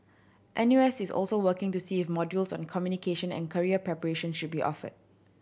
N U S is also working to see if modules on communication and career preparation should be offered